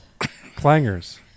clangers